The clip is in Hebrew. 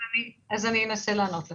אני אנסה לענות לך.